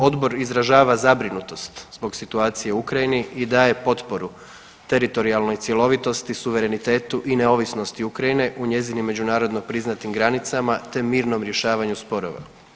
Odbor izražava zabrinutost zbog situacije u Ukrajini i daje potporu teritorijalnoj cjelovitosti, suverenitetu i neovisnosti Ukrajine u njezinim međunarodno priznatim granicama te mirnom rješavanju sporova.